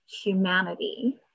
humanity